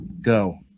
go